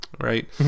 right